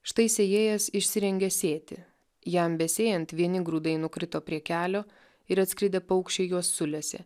štai sėjėjas išsirengė sėti jam besėjant vieni grūdai nukrito prie kelio ir atskridę paukščiai juos sulesė